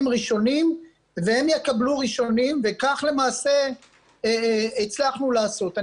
ראשונים והם יקבלו ראשונים וכך למעשה הצלחנו לעשות.